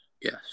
Yes